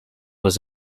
was